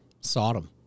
Sodom